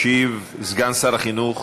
ישיב סגן שר החינוך